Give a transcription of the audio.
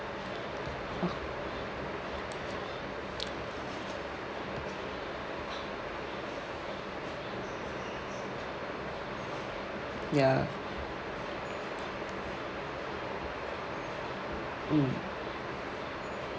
ya mm